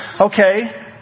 okay